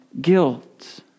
guilt